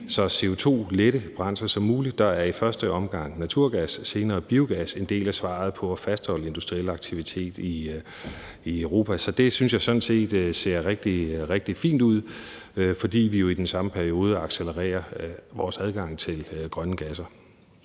så CO2-lette brændsler som muligt. Der er i første omgang naturgas og senere biogas en del af svaret på at fastholde industriel aktivitet i Europa. Så det synes jeg sådan set ser rigtig fint ud, fordi vi jo i den samme periode accelererer vores adgang til grønne gasser.